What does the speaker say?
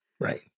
Right